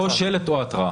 או שלט או התראה.